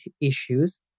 issues